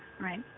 Right